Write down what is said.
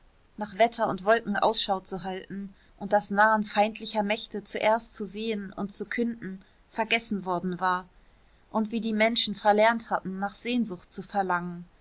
nach wetter und wolken ausschau zu halten und das nahen feindlicher mächte zuerst zu sehen und zu künden vergessen worden war und wie die menschen verlernt hatten nach sehnsucht zu verlangen